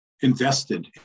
invested